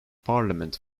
parliament